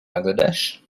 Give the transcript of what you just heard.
bangladesh